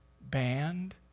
band